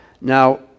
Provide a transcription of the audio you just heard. Now